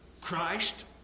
Christ